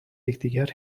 یکدیگر